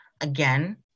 Again